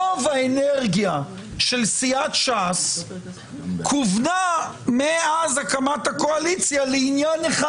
רוב האנרגיה של סיעת ש"ס כוונה מאז הקמת הקואליציה לעניין אחד: